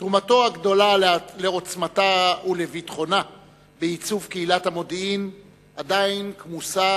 תרומתו הגדולה לעוצמתה ולביטחונה בעצוב קהילת המודיעין עדיין כמוסה,